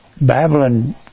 Babylon